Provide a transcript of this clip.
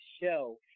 show